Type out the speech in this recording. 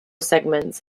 segments